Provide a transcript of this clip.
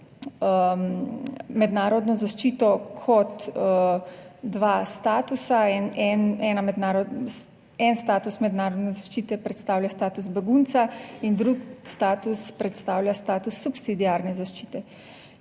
mednarodno zaščito kot dva statusa; ena mednaro..., en status Mednarodne zaščite predstavlja status begunca in drug status predstavlja status subsidiarne zaščite.